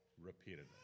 repeatedly